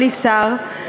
בלי שר.